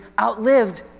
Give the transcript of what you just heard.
outlived